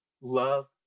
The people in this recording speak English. Love